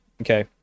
Okay